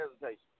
hesitation